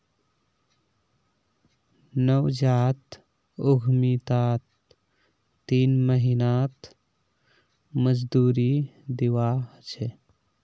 नवजात उद्यमितात तीन महीनात मजदूरी दीवा ह छे